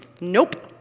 nope